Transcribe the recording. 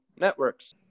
networks